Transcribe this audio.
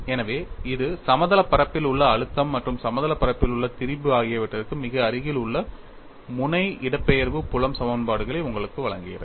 எனவே இது சமதள பரப்பில் உள்ள அழுத்தம் மற்றும் சமதள பரப்பில் உள்ள திரிபு ஆகியவற்றுக்கு மிக அருகில் உள்ள முனை இடப்பெயர்வு புலம் சமன்பாடுகளை உங்களுக்கு வழங்குகிறது